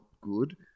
good